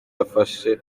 afasha